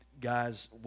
guys